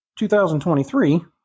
2023